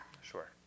Sure